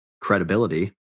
credibility